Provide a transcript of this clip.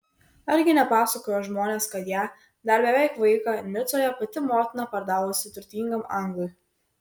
argi nepasakojo žmonės kad ją dar beveik vaiką nicoje pati motina pardavusi turtingam anglui